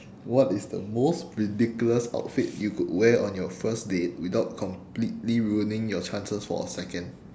what is the most ridiculous outfit you could wear on your first date without completely ruining your chances for a second